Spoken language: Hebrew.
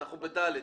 אנחנו בסעיף (ד).